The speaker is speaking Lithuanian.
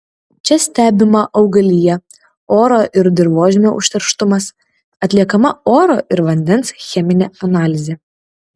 čia stebima augalija oro ir dirvožemio užterštumas atliekama oro ir vandens cheminė analizė